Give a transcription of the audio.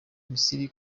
misiri